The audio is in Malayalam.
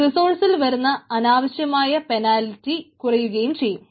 റിസോർസിൽ വരുന്ന അനാവശ്യമായ പെനാൽറ്റി കുറയുകയും ചെയ്യും